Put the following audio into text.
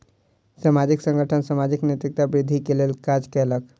सामाजिक संगठन समाजक नैतिकता वृद्धि के लेल काज कयलक